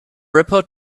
report